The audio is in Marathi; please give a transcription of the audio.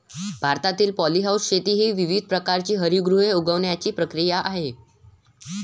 भारतातील पॉलीहाऊस शेती ही विविध प्रकारची हरितगृहे उगवण्याची प्रक्रिया आहे